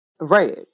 Right